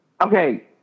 okay